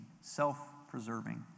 self-preserving